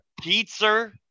Pizza